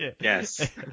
Yes